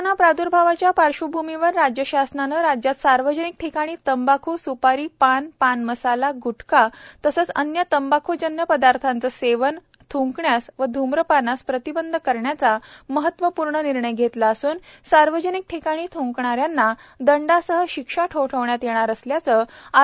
corona प्राद्र्भावाच्या पार्श्वभूमीवर राज्य शासनाने राज्यात सार्वजनिक ठिकाणी तंबाखू स्पारी पान पानमसाला ग्रटखा तसेच अन्य तंबाखूजन्य पदार्थांचे सेवन थ्कण्यास व ध्म्रपानास प्रतिबंध करण्याचा महत्त्वपूर्ण निर्णय घेतला असून सार्वजनिक ठिकाणी थ्ंकणाऱ्यांना दंडासह शिक्षा ठोठावण्यात येणार असल्याचे आरोग्यमंत्री राजेश टोपे यांनी सांगितले